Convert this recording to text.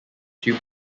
tubes